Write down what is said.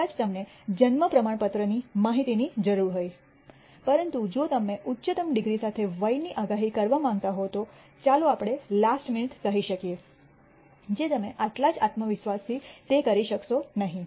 કદાચ તમને જન્મ પ્રમાણપત્રની માહિતીની જરૂર હોય પરંતુ જો તમે ઉચ્ચતમ ડિગ્રી સાથે વયની આગાહી કરવા માંગતા હો તો ચાલો આપણે લાસ્ટ મિનિટ કહી શકીએ કે તમે આટલા જ આત્મવિશ્વાસથી તે કરી શકશો નહીં